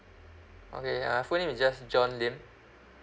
okay uh full name is just john lim